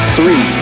Three